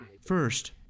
First